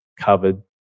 covered